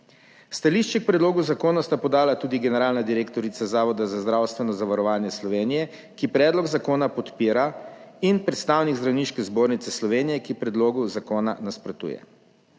Stališče k predlogu zakona sta podala tudi generalna direktorica Zavoda za zdravstveno zavarovanje Slovenije, ki predlog zakona podpira in predstavnik Zdravniške zbornice Slovenije, ki predlogu zakona nasprotuje.